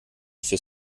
fürs